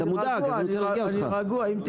אתה מודאג, אז אני רוצה להרגיע אותך.